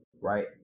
right